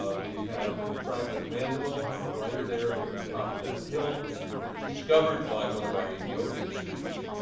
ah we have a fragmented mandible on the right there, from the top of that hill. it was discovered by one of our ethiopian students.